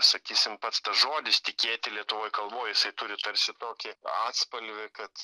sakysim pats žodis tikėti lietuvių kalboj jisai turi tarsi tokį atspalvį kad